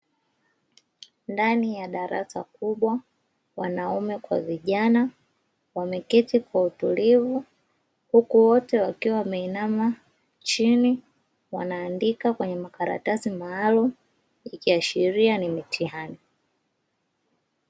Ndani yadarasa kubwa wanaume kwa vijaana wameketi kwa utulivu huku wote wakiwa wameinama chini wanaandika kwenye makaratasi maalumu ikiashiria nimitihani.